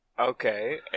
okay